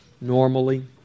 normally